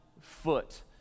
foot